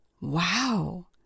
Wow